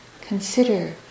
consider